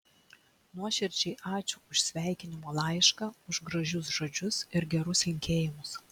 nuoširdžiai ačiū už sveikinimo laišką už gražius žodžius ir gerus linkėjimus